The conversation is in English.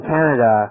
Canada